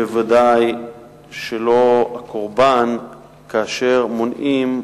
אתם בוודאי לא הקורבן כאשר מונעים,